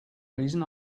reason